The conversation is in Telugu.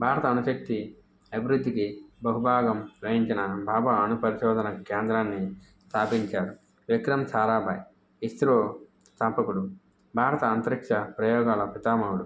భారత అణుశక్తి అభివృద్ధికి బహుభాగం వహించిన బాబా అణుపరిశోధన కేంద్రాన్ని స్థాపించాడు విక్రం సారాబాయ్ ఇస్రో స్థాపకుడు భారత అంతరిక్ష ప్రయోగాల పితామహుడు